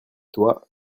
toi